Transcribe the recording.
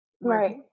Right